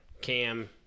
Cam